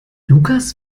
lukas